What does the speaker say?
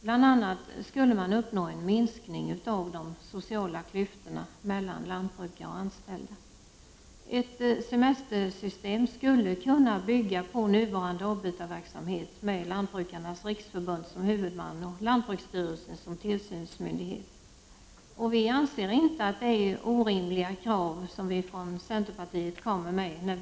Bl.a. skulle man uppnå en minskning av de sociala klyftorna mellan lantbrukare och anställda. Ett semestersystem skulle kunna bygga på nuvarande avbytarverksamhet med Lantbrukarnas riksförbund som huvudman och lantbruksstyrelsen som tillsynsmyndighet. Vi anser inte att de krav centerpartiet kommer med är orimliga.